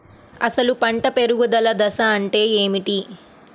అసలు పంట పెరుగుదల దశ అంటే ఏమిటి?